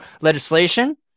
legislation